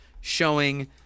showing